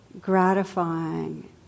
gratifying